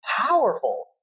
powerful